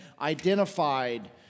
identified